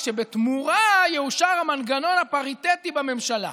רק שבתמורה יאושר המנגנון הפריטטי בממשלה.